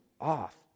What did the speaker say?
off